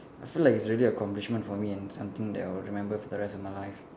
I feel like it's really a accomplishment for me and something that I would remember for the rest in my life